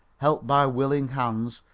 helped by willing hands,